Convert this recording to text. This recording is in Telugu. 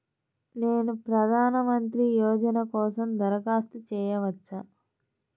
నేను ప్రధాన మంత్రి యోజన కోసం దరఖాస్తు చేయవచ్చా?